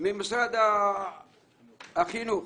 ממשרד החינוך